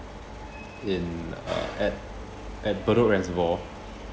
in uh at at bedok reservoir